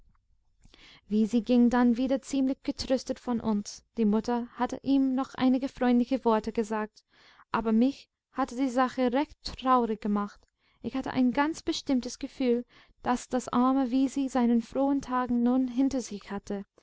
kann wisi ging dann wieder ziemlich getröstet von uns die mutter hatte ihm noch einige freundliche worte gesagt aber mich hatte die sache recht traurig gemacht ich hatte ein ganz bestimmtes gefühl daß das arme wisi seine frohen tage nun hinter sich hatte